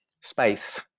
space